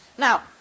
Now